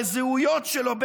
הזהויות שלו,